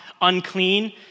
unclean